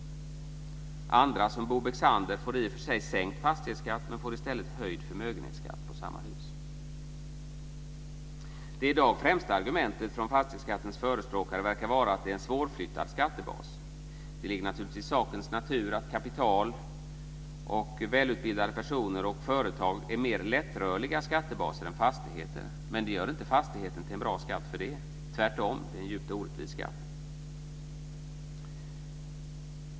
Andra, som Bo Bexander, får i och för sig sänkt fastighetsskatt, men får också höjd förmögenhetsskatt på samma hus. Det i dag främsta argumentet för fastighetsskattens förespråkare verkar vara att det är en svårflyttad skattebas. Det ligger naturligtvis i sakens natur att kapital, välutbildade personer och företag är mer lättrörliga skattebaser än fastigheter. Men det gör inte fastighetsskatten till en bra skatt för det. Tvärtom är det en djupt orättvis skatt.